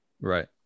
right